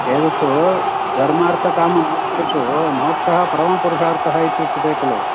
एतत्तु धर्मार्थकाममोक्षेषु मोक्षः परमपुरुषार्थः इत्युच्यते खलु